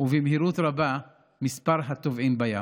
ובמהירות רבה מספר הטובעים בים.